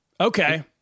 okay